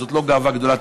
זאת לא גאווה גדולה,